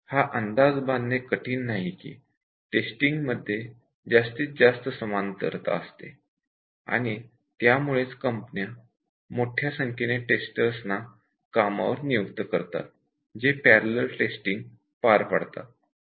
हा अंदाज बांधणे कठीण नाही की टेस्टिंग मध्ये जास्तीत जास्त समांतरता असते आणि त्यामुळेच कंपनी मोठ्या संख्येने टेस्टर्सना कामावर नियुक्त करतात जे पॅरलल टेस्टिंग पार पडतात